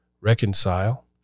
reconcile